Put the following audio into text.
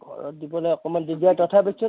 ঘৰত দিবলৈ অকণমান দিগদাৰ তথাপি চোন